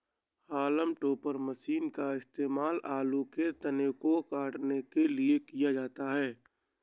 haulm topper machine का इस्तेमाल आलू के तने को काटने के लिए किया जाता है